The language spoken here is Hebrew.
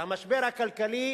והמשבר הכלכלי